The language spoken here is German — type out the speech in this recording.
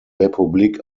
republik